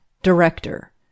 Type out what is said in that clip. Director